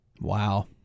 Wow